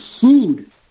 food